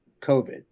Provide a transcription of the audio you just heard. COVID